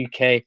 UK